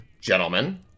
Gentlemen